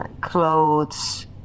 clothes